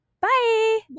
bye